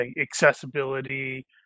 accessibility